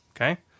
Okay